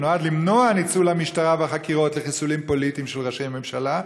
שנועד למנוע ניצול של המשטרה והחקירות לחיסולים פוליטיים של ראשי ממשלה,